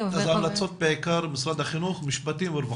ההמלצות בעיקר הן משרד החינוך, המשפטים והרווחה.